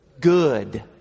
good